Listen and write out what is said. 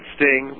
Sting